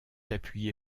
appuyé